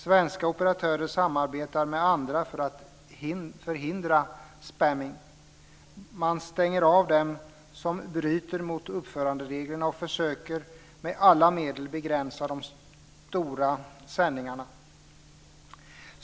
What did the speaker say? Svenska operatörer samarbetar med andra för att hindra spamming. Man stänger av dem som bryter mot uppförandereglerna och försöker med alla medel begränsa de stora sändningarna.